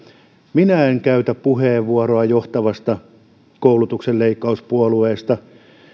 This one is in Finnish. minä en käytä puheenvuoroa johtavasta koulutuksenleikkauspuolueesta